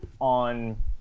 on